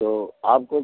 तो आपको